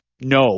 no